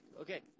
Okay